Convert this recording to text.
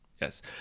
Yes